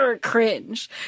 cringe